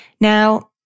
Now